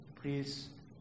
Please